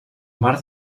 mar